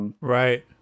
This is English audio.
Right